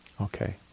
Okay